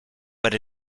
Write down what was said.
but